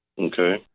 Okay